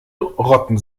rotten